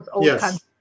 yes